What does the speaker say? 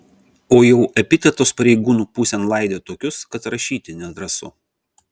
o jau epitetus pareigūnų pusėn laidė tokius kad rašyti nedrąsu